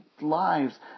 lives